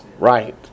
Right